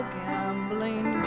gambling